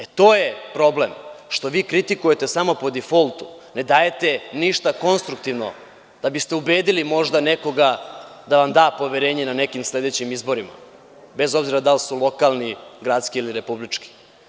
E, to je problem, što vi kritikujete samo po difoltu, a ne dajete ništa konstruktivno da biste ubedili možda nekoga da vam da poverenje na nekim sledećim izborima, bez obzira da li su lokalni, gradski ili republički.